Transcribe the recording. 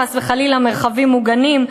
חס וחלילה מרחבים מוגנים,